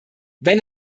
wenn